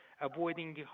avoiding